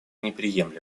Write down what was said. неприемлемой